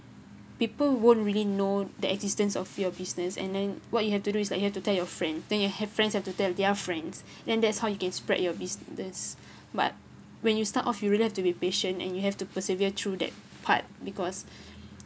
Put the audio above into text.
people won't really know the existence of your business and then what you have to do is like you have to tell your friend then your have friends have to tell their friends then that's how you can spread your business but when you start off you really have to be patience and you have to persevere through that part because